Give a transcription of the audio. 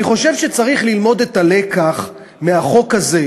אני חושב שצריך ללמוד את הלקח מהחוק הזה,